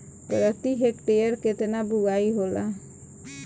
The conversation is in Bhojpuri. प्रति हेक्टेयर केतना बुआई होला?